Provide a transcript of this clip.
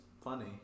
funny